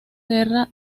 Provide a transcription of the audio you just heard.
guerra